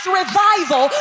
revival